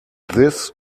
this